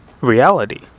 reality